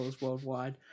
worldwide